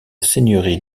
seigneurie